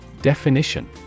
Definition